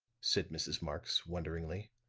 said mrs. marx, wonderingly.